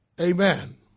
amen